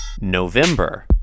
November